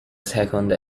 second